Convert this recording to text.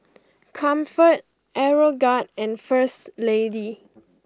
Comfort Aeroguard and First Lady